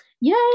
Yay